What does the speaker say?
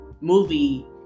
movie